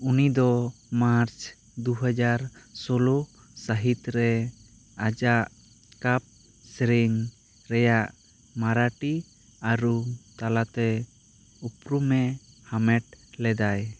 ᱩᱱᱤ ᱫᱚ ᱢᱟᱨᱪ ᱫᱩ ᱦᱟᱡᱟᱨ ᱥᱳᱞᱳ ᱥᱟᱹᱦᱤᱛ ᱨᱮ ᱟᱡᱟᱜ ᱠᱟᱯ ᱥᱮᱨᱮᱧ ᱨᱮᱭᱟᱜ ᱢᱟᱨᱟᱴᱤ ᱟᱨᱩ ᱛᱟᱞᱟᱛᱮ ᱩᱯᱨᱩᱢᱮ ᱦᱟᱢᱮᱴ ᱞᱮᱫᱟᱭ